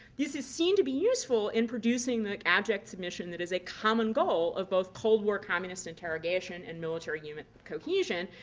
this is seen to be useful in producing the abject submission that is a common goal of both cold war communist interrogation and military unit cohesion,